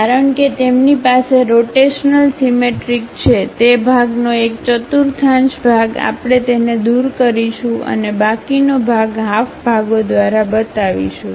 કારણ કે તેમની પાસે રોટેશનલ સીમેટ્રિક છે તે ભાગનો એક ચતુર્થાંશ ભાગ આપણે તેને દૂર કરીશું અને બાકીનો ભાગ હાફ ભાગો દ્વારા બતાવીશું